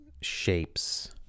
shapes